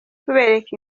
tubereka